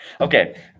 Okay